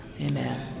Amen